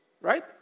right